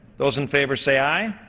those in favor say aye.